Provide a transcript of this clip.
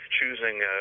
choosing